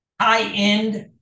high-end